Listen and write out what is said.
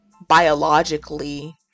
biologically